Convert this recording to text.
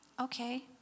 Okay